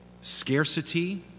scarcity